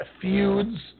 feuds